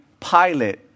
Pilate